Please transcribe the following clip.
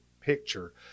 picture